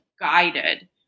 guided